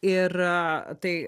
ir tai